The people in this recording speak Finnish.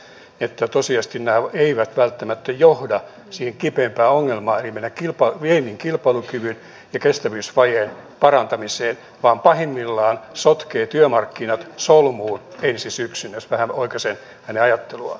hän kantoi huolta siitä että tosiasiallisesti nämä eivät välttämättä johda sen kipeimmän ongelman eli meidän viennin kilpailukyvyn ja kestävyysvajeen parantamiseen vaan pahimmillaan sotkevat työmarkkinat solmuun ensi syksynä jos vähän oikaisen hänen ajatteluaan